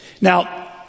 Now